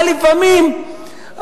אבל לפעמים,